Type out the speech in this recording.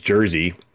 jersey